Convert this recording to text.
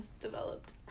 developed